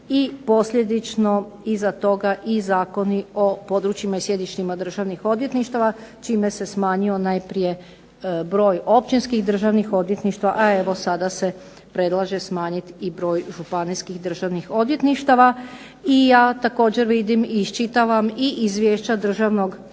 i posljedično iza toga i zakoni o područjima i sjedištima Državnih odvjetništava čime se smanjio najprije broj općinskih Državnih odvjetništava a evo sada se predlaže smanjiti broj županijskih Državnih odvjetništava. Ja također vidim i iščitavam iz izvješća državnog odvjetnika